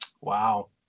Wow